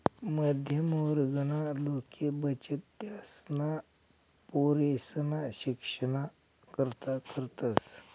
मध्यम वर्गना लोके बचत त्यासना पोरेसना शिक्षणना करता करतस